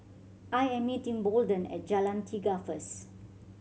I am meeting Bolden at Jalan Tiga first